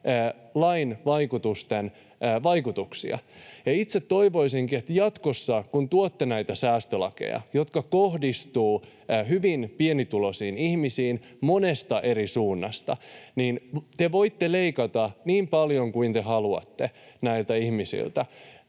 lain vaikutuksia. Itse toivoisinkin, että jatkossa kun tuotte näitä säästölakeja, jotka kohdistuvat hyvin pienituloisiin ihmisiin monesta eri suunnasta... Te voitte leikata niin paljon kuin te haluatte näiltä ihmisiltä,